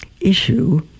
issue